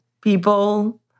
people